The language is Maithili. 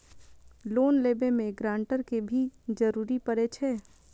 लोन लेबे में ग्रांटर के भी जरूरी परे छै?